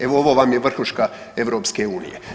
Evo ovo vam je vrhuška EU.